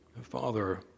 Father